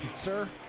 sir,